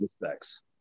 respects